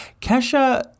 kesha